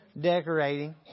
decorating